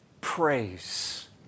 praise